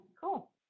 Cool